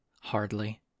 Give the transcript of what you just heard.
Hardly